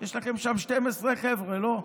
יש לכם שם 12 חבר'ה, לא?